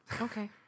Okay